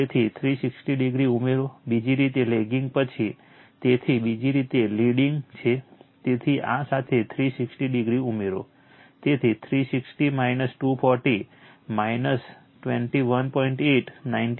તેથી 360o ઉમેરો બીજી રીતે લેગિંગ પછી તેથી બીજી રીતે તે લિડીંગ છે તેથી આ સાથે 360o ઉમેરો તેથી 360 240 21